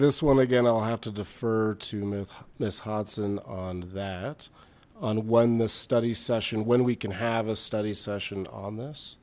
this one again i'll have to defer to myth miss hudson on that on one the study session when we can have a study session on this